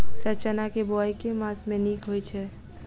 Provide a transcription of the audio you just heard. Sir चना केँ बोवाई केँ मास मे नीक होइ छैय?